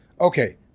Okay